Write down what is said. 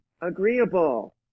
agreeable